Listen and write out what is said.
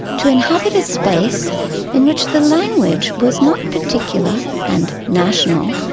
to inhabit a space in which the language was not particular and national,